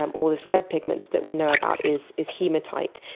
um all these red pigments that we know about is is hematite,